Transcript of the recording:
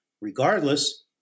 Regardless